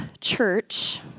church